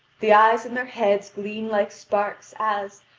the eyes in their heads gleam like sparks, as,